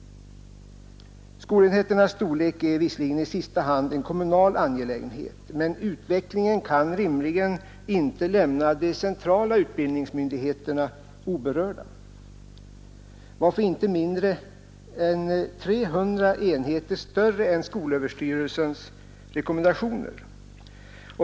Skolenheternas storlek är visserligen i sista hand en kommunal angelägenhet, men utvecklingen kan rimligen inte lämna de centrala utbildningsmyndigheterna oberörda. Varför är inte mindre än 300 enheter större än skolöverstyrelsens rekommendationer?